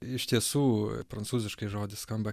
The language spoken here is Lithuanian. iš tiesų prancūziškai žodis skamba